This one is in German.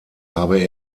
habe